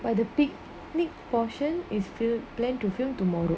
by the big big portion is filled plan to film tomorrow